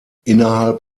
innerhalb